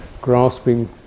grasping